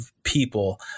people